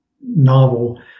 novel